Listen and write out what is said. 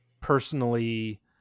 personally